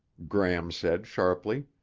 gram said sharply,